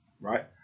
Right